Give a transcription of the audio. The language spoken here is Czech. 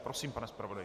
Prosím, pane zpravodaji.